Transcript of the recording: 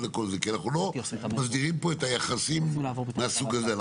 כי אנחנו לא מסדירים פה את היחסים מהסוג הזה.